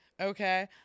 okay